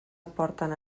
aporten